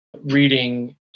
reading